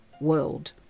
world